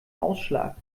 ausschlag